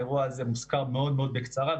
האירוע הזה מוזכר מאוד מאוד בקצרה,